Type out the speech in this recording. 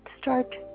start